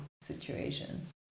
situations